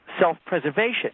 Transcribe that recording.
self-preservation